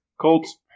Colts